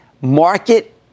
Market